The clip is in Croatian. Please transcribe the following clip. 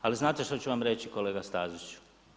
Ali znate što ću vam reći, kolega Stazić?